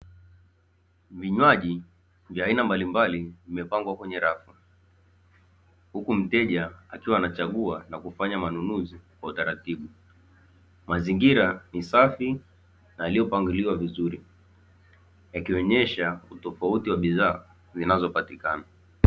Vinywaji vya aina mbalimbali vimepangwa kwenye rafu, huku mteja akiwa anachagua na kufanya manunuzi kwa utaratibu. Mazingira ni safi na yaliyopangiliwa vizuri, yakionyesha utofauti wa bidhaa zinazopatikana.